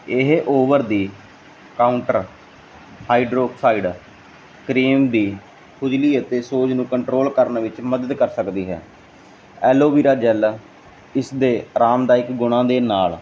ਇਹ over the counter hydroxide cream ਦੀ ਖੁਜਲੀ ਅਤੇ ਸੋਜ ਨੂੰ ਕੰਟਰੋਲ ਕਰਨ ਵਿੱਚ ਮਦਦ ਕਰ ਸਕਦੀ ਹੈ ਐਲੋਵੀਰਾ ਜੈਲ ਇਸਦੇ ਆਰਾਮਦਾਇਕ ਗੁਣਾਂ ਦੇ ਨਾਲ